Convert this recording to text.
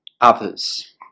others